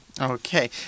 Okay